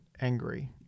angry